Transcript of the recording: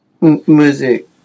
music